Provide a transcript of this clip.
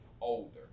older